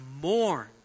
mourn